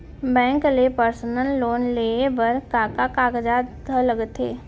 Bank ले personal loan लेये बर का का कागजात ह लगथे?